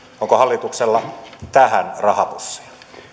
onko hallituksella tähän rahapussia